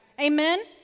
Amen